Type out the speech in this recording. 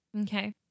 Okay